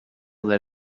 that